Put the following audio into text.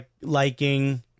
liking